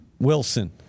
Wilson